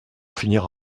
finir